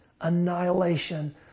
annihilation